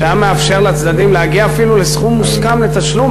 שהיה מאפשר לצדדים להגיע אפילו לסכום מוסכם לתשלום,